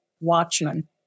Watchmen